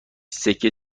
سکه